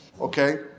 okay